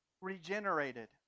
regenerated